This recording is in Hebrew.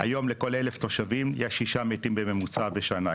היום לכל 1,000 תושבים יש שישה מתים בממוצע בשנה.